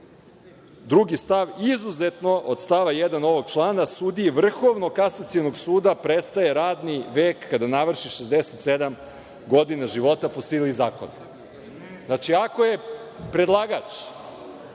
stav izuzetno od stava 1. ovog člana sudiji Vrhovnog kasacionog suda, prestaje radni vek kada navrši 67 godina života po sili zakona. Znači, ako je predlagač